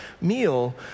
meal